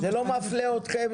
זה לא מפלה אתכם,